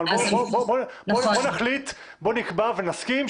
אלא בכובעי כמי שהיה מעורב בעבודתו של שר הפנים בתפקידי הקודם.